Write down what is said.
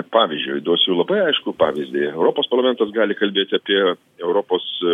pavyzdžiui duosiu labai aiškų pavyzdį europos parlamentas gali kalbėti apie europos